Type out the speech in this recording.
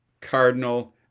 Cardinal